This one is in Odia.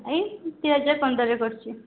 ଏଇ ଦୁଇ ହଜାର ପନ୍ଦରରେ କରିଛି